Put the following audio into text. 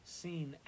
seen